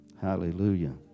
Hallelujah